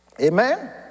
Amen